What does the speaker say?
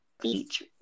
Beach